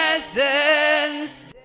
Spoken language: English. presence